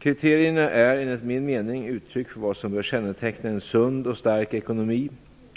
Kriterierna är, enligt min mening, uttryck för vad som bör känneteckna en sund och stark ekonomi,